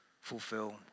fulfill